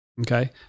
Okay